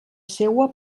seua